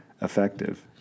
effective